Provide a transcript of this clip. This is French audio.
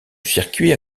circuit